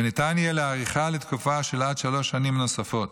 וניתן יהיה להאריכה לתקופה של עד שלוש שנים נוספות.